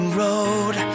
road